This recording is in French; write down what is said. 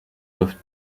doivent